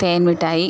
തേൻമിഠായി